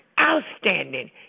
outstanding